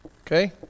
Okay